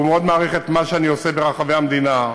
והוא מאוד מעריך את מה שאני עושה ברחבי המדינה,